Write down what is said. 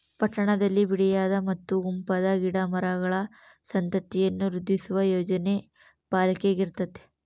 ಪಟ್ಟಣದಲ್ಲಿ ಬಿಡಿಯಾದ ಮತ್ತು ಗುಂಪಾದ ಗಿಡ ಮರಗಳ ಸಂತತಿಯನ್ನು ವೃದ್ಧಿಸುವ ಯೋಜನೆ ಪಾಲಿಕೆಗಿರ್ತತೆ